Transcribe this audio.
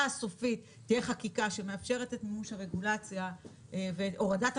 הסופית תהיה חקיקה שמאפשרת את הורדת הרגולציה,